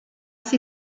sie